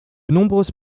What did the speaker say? nombreuses